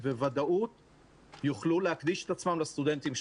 וודאות יוכלו להקדיש את עצמם לסטודנטים שלנו.